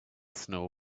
snow